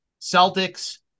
Celtics